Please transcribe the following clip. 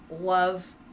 love